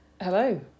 hello